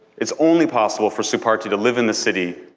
it's only possible for supartie to live in the city,